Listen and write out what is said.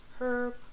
Herb